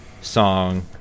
song